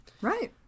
Right